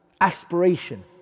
aspiration